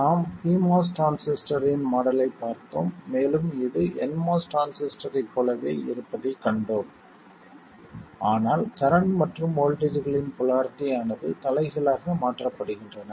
நாம் pMOS டிரான்சிஸ்டரின் மாடலைப் பார்த்தோம் மேலும் இது nMOS டிரான்சிஸ்டரைப் போலவே இருப்பதைக் கண்டோம் ஆனால் கரண்ட் மற்றும் வோல்ட்டேஜ்களின் போலாரிட்டி ஆனது தலைகீழாக மாற்றப்படுகின்றன